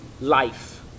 life